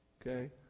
Okay